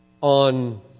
on